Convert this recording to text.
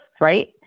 Right